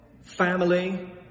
family